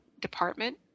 department